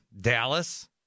Dallas